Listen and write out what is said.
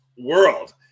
world